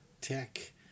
Tech